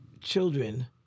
children